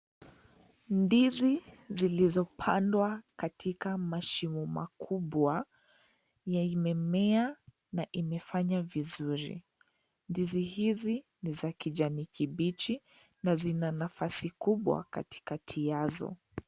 Ndizi zilizopandwa katika mashimo makubwa, yenye imemea na imefanya vizuri. Ndizi hizi, ni za kijani kibichi na zina nafasi kubwa katikati yazo.